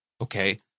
okay